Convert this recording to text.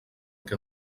què